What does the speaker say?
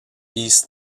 east